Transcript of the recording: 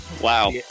Wow